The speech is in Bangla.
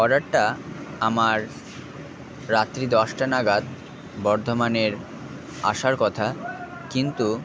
অর্ডারটা আমার রাত্রি দশটা নাগাদ বর্ধমানের আসার কথা কিন্তু